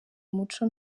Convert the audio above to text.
umuco